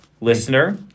listener